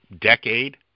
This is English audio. decade